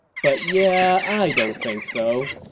but yeah, i don't think so.